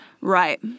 Right